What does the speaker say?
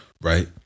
right